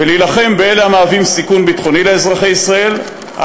ולהילחם באלה המהווים סיכון ביטחוני לאזרחי ישראל,